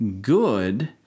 good